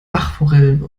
bachforellen